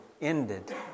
ended